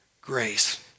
grace